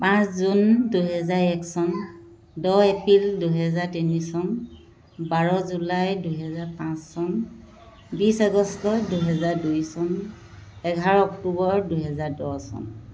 পাঁচ জুন দুহেজাৰ এক চন দহ এপ্ৰিল দুহেজাৰ তিনি চন বাৰ জুলাই দুহেজাৰ পাঁচ চন বিছ আগষ্ট দুহেজাৰ দুই চন এঘাৰ অক্টোবৰ দুহেজাৰ দহ চন